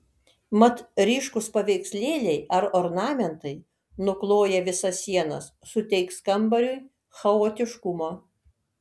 mat ryškūs paveikslėliai ar ornamentai nukloję visas sienas suteiks kambariui chaotiškumo